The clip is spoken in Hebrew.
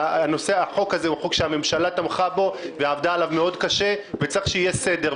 החוק הזה הוא חוק שהממשלה תמכה בו ועבדה עליו מאוד קשה וצריך שיהיה סדר.